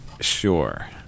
sure